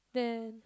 then